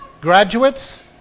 graduates